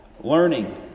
learning